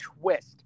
twist